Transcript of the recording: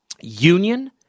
union